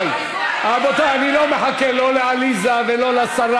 אני לא מחכה לא לעליזה ולא לשרה,